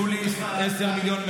ל-2021,